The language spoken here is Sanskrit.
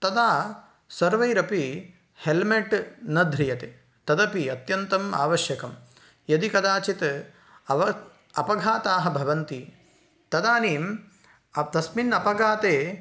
तदा सर्वैरपि हेल्मेट् न ध्रियते तदपि अत्यन्तम् आवश्यकं यदि कदाचित् अव अपघाताः भवन्ति तदानीं अ तस्मिन् अपघाते